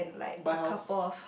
buy house